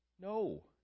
No